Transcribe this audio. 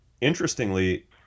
Interestingly